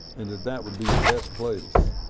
and that that would be the best place